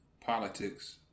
politics